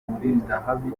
mulindahabi